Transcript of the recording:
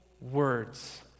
words